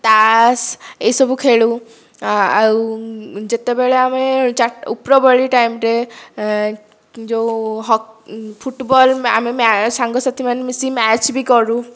ତାସ୍ ଏହିସବୁ ଖେଳୁ ଆଉ ଯେତେବେଳେ ଆମେ ଚାର ଉପରଓଳି ଟାଇମରେ ଯେଉଁ ଫୁଟୁବଲ୍ ଆମେ ସାଙ୍ଗସାଥିମାନେ ମିଶି ମ୍ୟାଚ୍ ବି କରୁ